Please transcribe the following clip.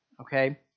Okay